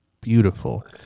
beautiful